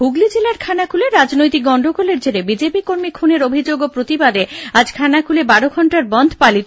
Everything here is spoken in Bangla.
হুগলী জেলার খানাকুলে রাজনৈতিক গন্ডগোলের জেরে বিজেপি কর্মী খুনের অভিযোগ ও প্রতিবাদে আজ খানাকুলে বারো ঘন্টার বনধ পালিত